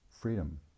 freedom